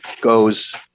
goes